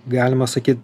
galima sakyt